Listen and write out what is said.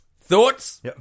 Thoughts